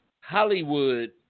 Hollywood